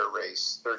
race